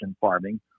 farming